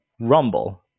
Rumble